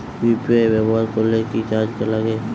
UPI ব্যবহার করলে কি চার্জ লাগে?